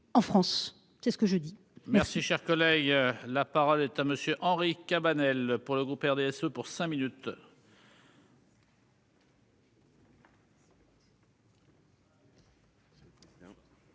en France, c'est ce que je dis.